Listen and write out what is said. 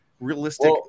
realistic